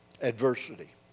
Adversity